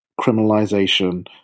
criminalization